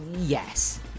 Yes